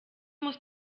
muss